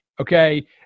okay